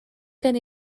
gen